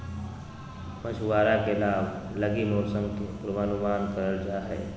मछुआरा के लाभ लगी मौसम के पूर्वानुमान करल जा हइ